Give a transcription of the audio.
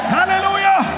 Hallelujah